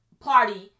party